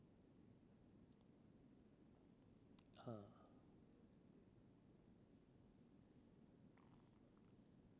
ha